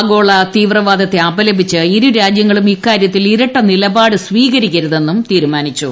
ആഗോള തീവ്രവാദത്തെ അപലപിച്ച ഇരുരാജ്യങ്ങളും ഇക്കാര്യത്തിൽ ഇരട്ട നിലപാട് സ്വീകരിക്കരുതെന്നും തീരുമാനിച്ചു